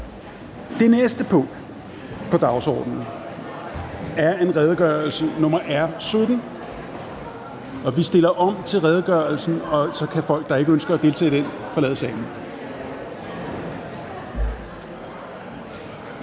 Det næste punkt på dagsordenen er forhandling om redegørelse nr. R 17. Vi omstiller og gør klar til redegørelsen, og så kan folk, der ikke ønsker at deltage i forhandlingen, forlade salen.